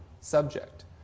subject